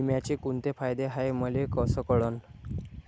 बिम्याचे कुंते फायदे हाय मले कस कळन?